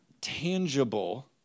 tangible